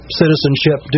citizenship